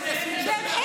הדרכונים, זה גם פשיעה.